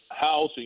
housing